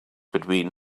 between